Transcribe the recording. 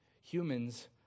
humans